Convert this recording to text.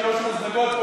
עם שלושה מזלגות.